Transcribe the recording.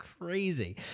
crazy